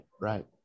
Right